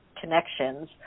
connections